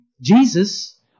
Jesus